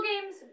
games